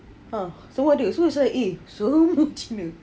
ah semua semua ni semua cina